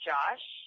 Josh